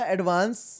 Advance